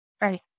right